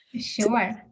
Sure